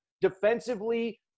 defensively